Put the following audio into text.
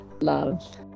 love